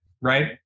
right